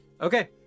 Okay